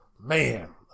man